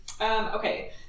Okay